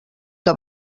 que